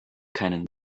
keinen